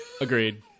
Agreed